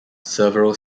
several